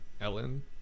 Ellen